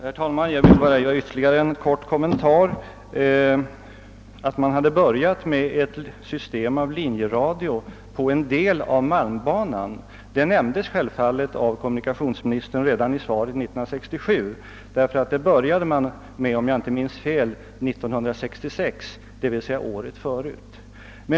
Herr talman! Jag vill bara göra ytterligare en kort kommentar. Att man hade börjat med ett system av linjeradio på en del av malmbanan nämndes självfallet av kommunikationsministern redan i svaret 1967. Man började med denna — om jag inte minns fel — 1966, d. v. s. året förut.